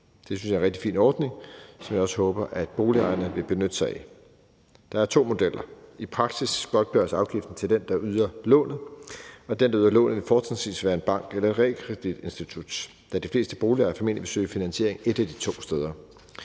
Det synes jeg er en rigtig fin ordning, som jeg også håber boligejerne vil benytte sig af. Der er to modeller. I praksis godtgøres afgiften til den, der yder lånet, og den, der yder lånet, vil fortrinsvis være en bank eller et realkreditinstitut, da de fleste boligejere formentlig vil søge finansiering et af de to steder.